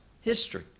history